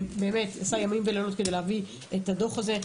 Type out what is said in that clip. שעשה ימים כלילות כדי להביא את הדו"ח הזה.